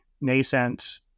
nascent